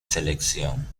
selección